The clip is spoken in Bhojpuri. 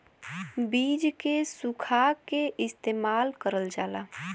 बीज के सुखा के इस्तेमाल करल जाला